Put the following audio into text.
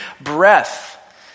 breath